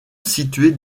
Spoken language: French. située